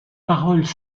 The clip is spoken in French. paroles